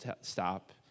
stop